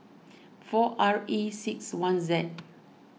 four R E six one Z